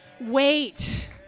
Wait